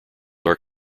are